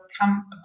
come